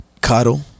Cuddle